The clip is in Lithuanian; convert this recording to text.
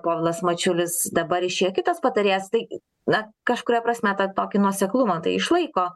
povilas mačiulis dabar išejo kitas patarėjas tai na kažkuria prasme tą tokį nuoseklumą tai išlaiko